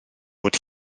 bod